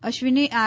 અશ્વિને R